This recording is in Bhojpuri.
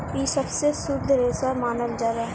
इ सबसे शुद्ध रेसा मानल जाला